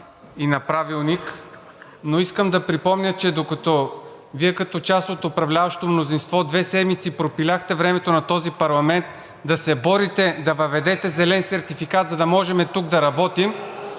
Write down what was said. и на Правилник, но искам да припомня, че докато Вие като част от управляващото мнозинство две седмици пропиляхте времето на този парламент да се борите да въведете зелен сертификат, за да можем тук да работим,